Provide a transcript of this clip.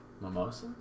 Mimosas